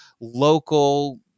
local